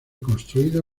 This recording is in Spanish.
construido